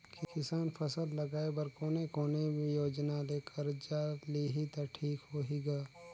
किसान फसल लगाय बर कोने कोने योजना ले कर्जा लिही त ठीक होही ग?